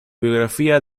biografía